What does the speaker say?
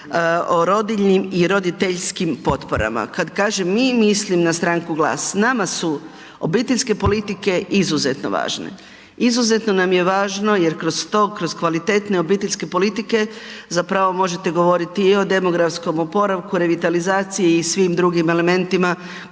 o rodiljnim i roditeljskim potporama. Kad kažem „mi“ mislim na stranku GLAS. Nama su obiteljske politike izuzetno važne. Izuzetno nam je važno jer kroz to, kroz kvalitetne obiteljske politike zapravo možete govoriti i o demografskom oporavku, revitalizaciji i svim drugim elementima